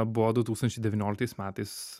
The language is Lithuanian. buvo du tūkstančiai devynioliktais metais